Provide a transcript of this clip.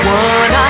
one